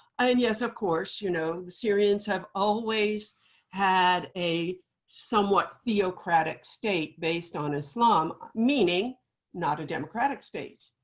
and yes, of course you know the syrians have always had a somewhat theocratic state based on islam. meaning not a democratic state.